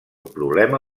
problema